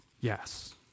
Yes